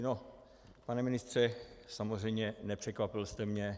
No, pane ministře, samozřejmě nepřekvapil jste mě.